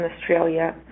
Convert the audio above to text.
Australia